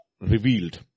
revealed